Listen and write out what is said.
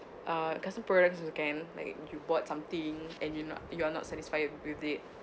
uh custom products also can like you bought something and you not you are not satisfied with it